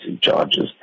charges